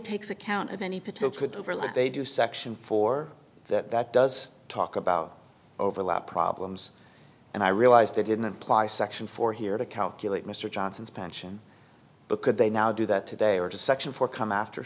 takes account of any patil could overlook they do a section for that that does talk about overlap problems and i realize they didn't apply section four here to calculate mr johnson's pension because they now do that today are to section four come after